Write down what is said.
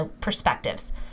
perspectives